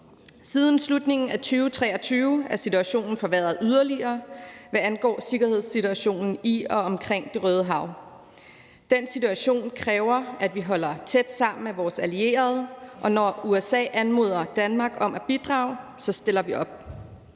Siden slutningen af 2023 er situationen forværret yderligere, hvad angår sikkerhedssituationen i og omkring Det Røde Hav. Den situation kræver, at vi holdertæt sammen med vores allierede, og når USA anmoder Danmark om at bidrage, stiller vi op.